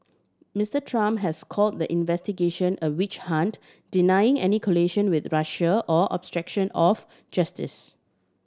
Mister Trump has call the investigation a witch hunt denying any collusion with Russia or obstruction of justice